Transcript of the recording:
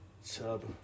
Sub